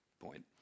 point